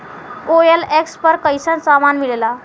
OLX पर कइसन सामान मीलेला?